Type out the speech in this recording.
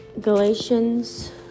Galatians